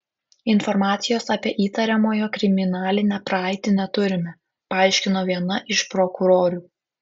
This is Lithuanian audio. informacijos apie įtariamojo kriminalinę praeitį neturime paaiškino viena iš prokurorių